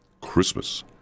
Christmas